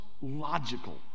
logical